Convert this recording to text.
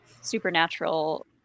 Supernatural